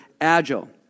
agile